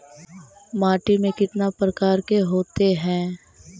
माटी में कितना प्रकार के होते हैं?